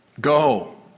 Go